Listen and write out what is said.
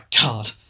God